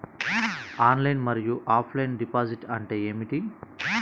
Online మరియు offline deposit అంటే ఏమిటి?